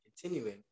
continuing